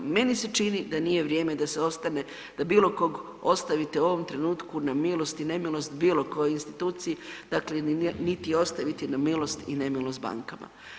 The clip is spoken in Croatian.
Meni se čini da nije vrijeme da se ostane, da bilo kog ostavite u ovom trenutku na milost i nemilost bilo kojoj instituciji, dakle niti ostaviti na milost i nemilost bankama.